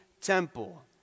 temple